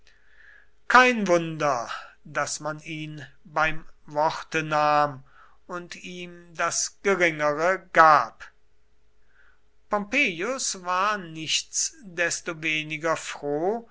kein wunder daß man ihn beim worte nahm und ihm das geringere gab pompeius war nichtsdestoweniger froh